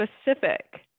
specific